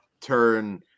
turn